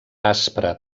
aspre